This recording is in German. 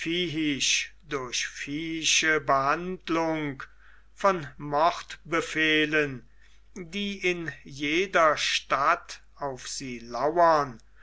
durch viehische behandlung von mordbefehlen die in jeder stadt auf sie lauern